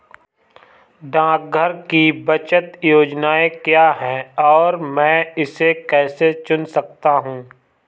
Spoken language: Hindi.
डाकघर की बचत योजनाएँ क्या हैं और मैं इसे कैसे चुन सकता हूँ?